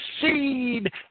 seed